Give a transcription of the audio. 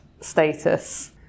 status